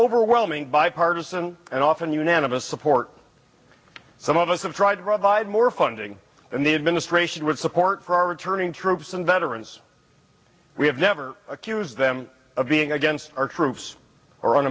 overwhelming bipartisan and often unanimous support some of us have tried drugs i had more funding and the administration would support for our returning troops and veterans we have never accused them of being against our troops or on